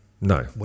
No